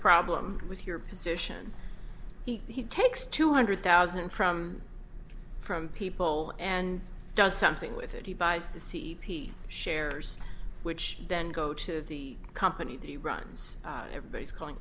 problem with your position he takes two hundred thousand from from people and does something with it he buys the c e p t shares which then go to the company the runs everybody is calling